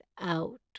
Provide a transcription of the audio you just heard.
out